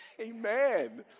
amen